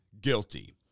Guilty